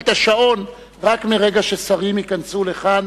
את השעון רק מרגע ששרים ייכנסו לכאן,